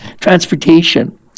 transportation